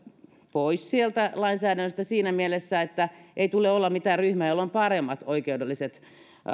pois sieltä lainsäädännöstä siinä mielessä että ei tule olla mitään ryhmää jolla on paremmat oikeudelliset